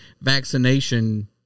vaccination